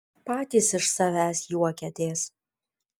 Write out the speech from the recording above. patys iš savęs juokiatės